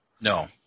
No